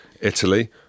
Italy